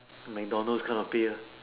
McDonald's kind of pay ah